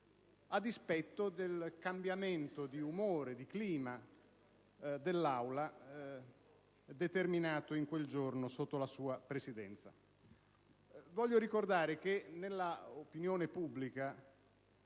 a dispetto del cambiamento di umore, di clima dell'Aula, determinato quel giorno sotto la sua Presidenza. Voglio ricordare che nell'opinione pubblica